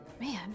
Man